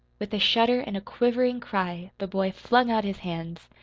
with a shudder and a quivering cry the boy flung out his hands,